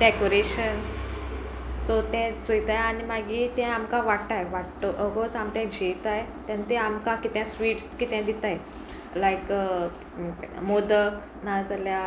decoration सो तें चोयताय आनी मागीर तें आमकां वाडटाय वाडट अगोच आमी तें जेयताय तेन्ना ते आमकां कितें स्वीट्स कितें दिताय लायक मोदक नाजाल्या